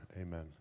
amen